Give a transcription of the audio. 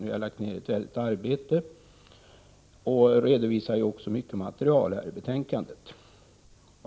Vi har lagt ned mycket arbete och vi redovisar ett omfattande material i detta betänkande.